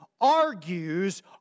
argues